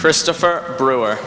christopher brewer